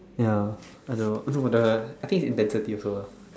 ya I don't know what so but the I think it's intensity also